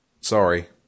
Sorry